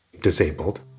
disabled